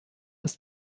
das